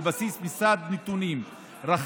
על בסיס מסד נתונים רחב,